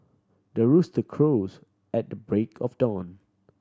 the rooster crows at the break of dawn